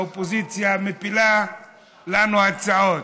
שהאופוזיציה מפילה לנו הצעות.